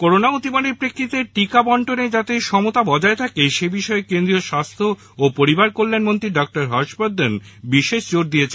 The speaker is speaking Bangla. করোনা অতিমারীর প্রেক্ষিতে টিকা বন্টনে যাতে সমতা বজায় থাকে সে বিষয়ে কেন্দ্রীয় স্বাস্হ্য ও পরিবার কল্যাণমন্ত্রী ডক্টর হর্ষবর্ধন বিশেষ জোর দিয়েছেন